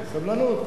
סבלנות.